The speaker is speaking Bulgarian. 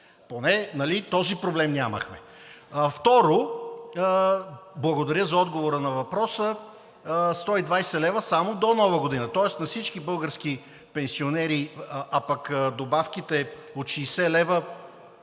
поне този проблем нямахме. Второ, благодаря за отговора на въпроса – 120 лв. само до Нова година, тоест на всички български пенсионери. А пък добавките от 60 лв.